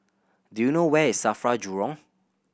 do you know where is SAFRA Jurong